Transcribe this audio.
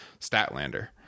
Statlander